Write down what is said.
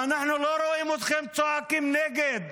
ואנחנו לא רואים אתכם צועקים נגד.